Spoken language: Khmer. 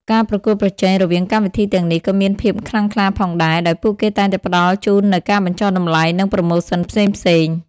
ការប្រកួតប្រជែងរវាងកម្មវិធីទាំងនេះក៏មានភាពខ្លាំងក្លាផងដែរ ដោយពួកគេតែងតែផ្តល់ជូននូវការបញ្ចុះតម្លៃ និងប្រូម៉ូសិនផ្សេងៗ។